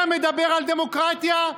אתה מדבר על דמוקרטיה?